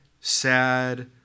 sad